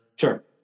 Sure